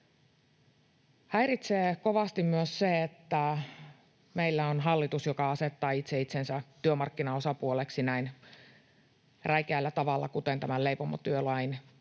Häiritsee kovasti myös se, että meillä on hallitus, joka asettaa itse itsensä työmarkkinaosapuoleksi näin räikeällä tavalla kuin tämän leipomotyölain